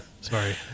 Sorry